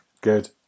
Good